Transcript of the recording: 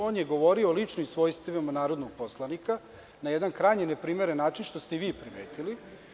On je govorio lično i u svojstvu narodnog poslanika na jedan krajnje neprimeren način što ste i vi primetili.